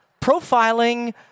profiling